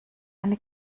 eine